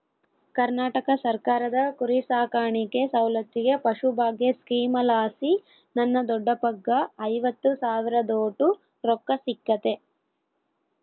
ಕರ್ನಾಟಕ ಸರ್ಕಾರದ ಕುರಿಸಾಕಾಣಿಕೆ ಸೌಲತ್ತಿಗೆ ಪಶುಭಾಗ್ಯ ಸ್ಕೀಮಲಾಸಿ ನನ್ನ ದೊಡ್ಡಪ್ಪಗ್ಗ ಐವತ್ತು ಸಾವಿರದೋಟು ರೊಕ್ಕ ಸಿಕ್ಕತೆ